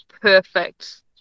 perfect